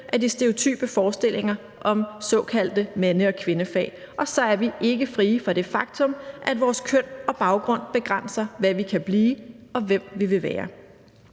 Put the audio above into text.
af de stereotype forestillinger om de såkaldte mande- og kvindefag, og så er vi jo ikke frie fra det faktum, at vores køn og baggrund begrænser, hvad vi kan blive, og hvem vi vil være.